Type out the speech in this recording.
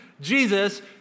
Jesus